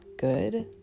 good